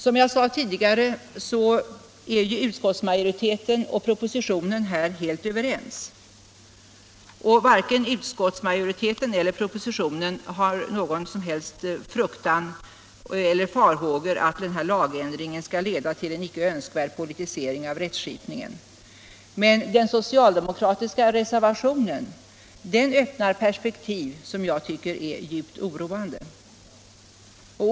Som jag tidigare har sagt är utskottsmajoriteten och propositionen här helt överens. Varken utskottsmajoriteten eller propositionen hyser några som helst farhågor för att denna lagändring skulle leda till en inte önskvärd politisering av rättsskyddet. Men den socialdemokratiska reservationen öppnar perspektiv som jag finner djupt oroande.